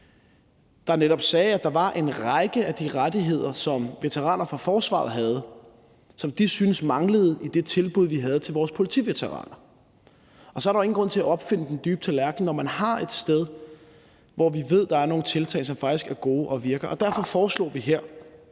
der netop sagde, at der var en række af de rettigheder, som veteraner fra forsvaret havde, som de syntes manglede i det tilbud, vi havde til vores politiveteraner, og så er der jo ingen grund til at opfinde den dybe tallerken, når man har et sted, hvor vi ved at der er nogle tiltag, som faktisk er gode og virker. Derfor foreslog vi her,